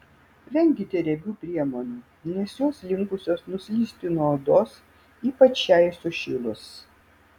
venkite riebių priemonių nes jos linkusios nuslysti nuo odos ypač šiai sušilus